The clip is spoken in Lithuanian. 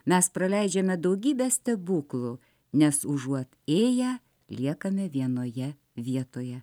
mes praleidžiame daugybę stebuklų nes užuot ėję liekame vienoje vietoje